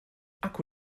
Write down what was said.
akku